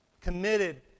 committed